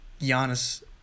Giannis